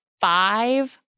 five